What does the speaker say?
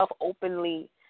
openly